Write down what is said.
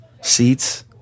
seats